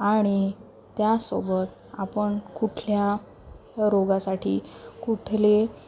आणि त्यासोबत आपण कुठल्या रोगासाठी कुठले